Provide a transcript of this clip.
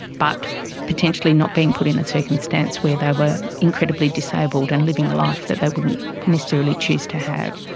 but potentially not being put in a circumstance where they were incredibly disabled and living a life that they wouldn't necessarily choose to have.